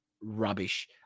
rubbish